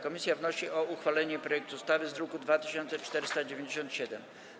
Komisja wnosi o uchwalenie projektu ustawy z druku nr 2497.